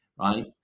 right